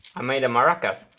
i made a maracas!